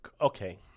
Okay